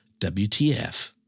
WTF